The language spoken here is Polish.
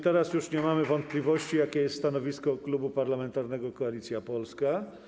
Teraz nie mamy już wątpliwości, jakie jest stanowisko Klubu Parlamentarnego Koalicja Polska.